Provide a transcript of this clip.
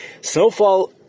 Snowfall